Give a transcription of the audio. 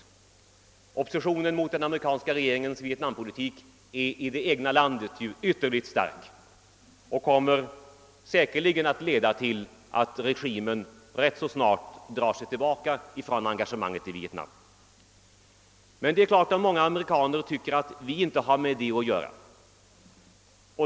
Oppositionen i det egna landet mot den amerikanska regeringens Vietnampolitik är ju ytterligt stark och kommer säkerligen att leda till att regimen rätt snart drar sig tillbaka från engagemangen i Vietnam. Men det är klart att många amerikaner tycker att vi inte har med det att göra.